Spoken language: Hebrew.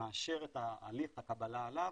מאשר את ההליך, את הקבלה עליו,